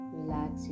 relax